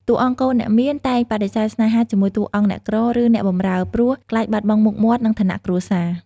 តួអង្គកូនអ្នកមានតែងបដិសេធស្នេហាជាមួយតួអង្គអ្នកក្រ ឬអ្នកបម្រើ ព្រោះខ្លាចបាត់បង់មុខមាត់ និងឋានៈគ្រួសារ។